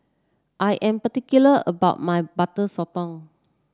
I am particular about my Butter Sotong